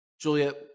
Juliet